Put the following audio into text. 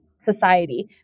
society